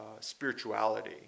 spirituality